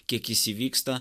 kiek jis įvyksta